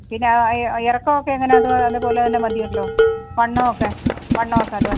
പിന്നെ ഇറക്കമൊക്കെ എങ്ങനെയാണ് അത് അതുപോലെ തന്നെ മതിയല്ലോ വണ്ണമൊക്കെ വണ്ണമൊക്കെ അത്